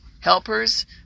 helpers